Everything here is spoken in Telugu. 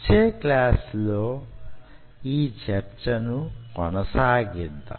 వచ్చే క్లాసులో యీ చర్చను కొనసాగిద్దాం